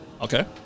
Okay